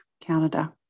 Canada